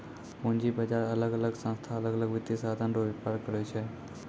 पूंजी बाजार अलग अलग संस्था अलग वित्तीय साधन रो व्यापार करै छै